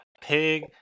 Pig